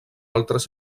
altres